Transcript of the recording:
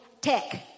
tech